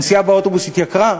הנסיעה באוטובוס התייקרה?